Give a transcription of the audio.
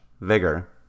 Vigor